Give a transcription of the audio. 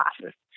classes